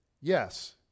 Yes